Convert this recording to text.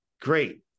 great